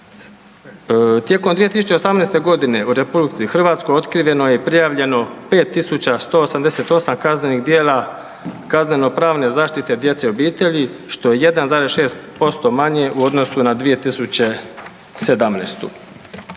Tijekom 2018.g. u RH otkriveno je i prijavljeno 5188 kaznenih djela kazneno pravne zaštite djece i obitelji, što je 1,6% manje u odnosu na 2017..